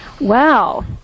Wow